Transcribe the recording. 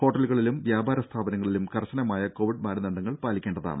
ഹോട്ടലുകളിലും വ്യാപാര സ്ഥാപനങ്ങളിലും കർശനമായ കോവിഡ് മാനദണ്ഡങ്ങൾ പാലിക്കേണ്ടതാണ്